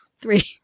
three